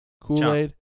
Kool-Aid